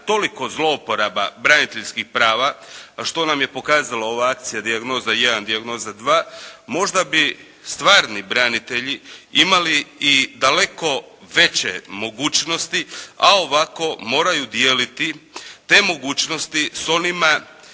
toliko zlouporaba braniteljskih prava a što nam je pokazala ovacija "dijagnoza 1", "dijagnoza 2" možda bi stvarni branitelji imali i daleko veće mogućnosti a ovako moraju dijeliti te mogućnosti s onima